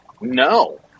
No